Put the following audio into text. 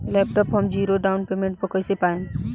Laptop हम zero down payment पर कैसे ले पाएम?